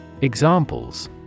Examples